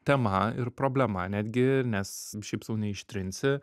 tema ir problema netgi nes šiaip sau neištrinsi